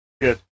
Good